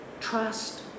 Trust